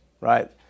right